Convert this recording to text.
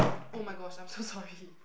oh-my-gosh I'm so sorry